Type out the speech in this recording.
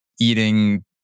eating